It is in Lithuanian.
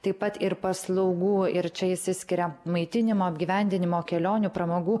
taip pat ir paslaugų ir čia išsiskiria maitinimo apgyvendinimo kelionių pramogų